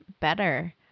better